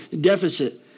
deficit